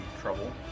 trouble